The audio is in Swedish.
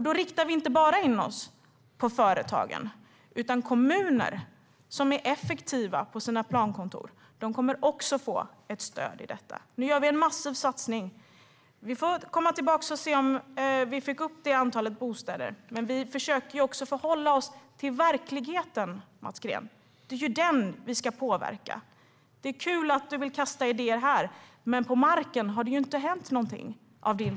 Vi riktar inte bara in oss på företagen, utan de kommuner som är effektiva på sina plankontor kommer också att få ett stöd. Vi gör en massiv satsning, och vi får återkomma till om vi fick upp det angivna antalet bostäder. Vi försöker förhålla oss till verkligheten, Mats Green. Det är den vi ska påverka. Det är kul att du vill kasta fram idéer här, men med din politik har det inte hänt något på marken.